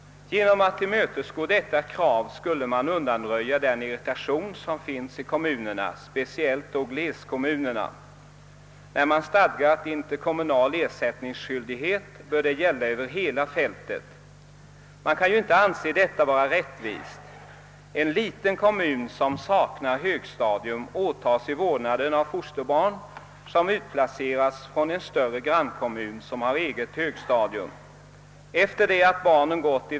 Genom att tillmötesgå detta krav skulle man undanröja den irritation som finns i kommunerna, speciellt då i gleskommunerna. När man stadgat interkommunal ersättningsskyldighet, bör detta gälla över hela fältet för att vara rättvist. En liten kommun som saknar högstadium åtar sig vårdnaden av fosterbarn, som utplacerats från en större grannkommun med eget högstadium.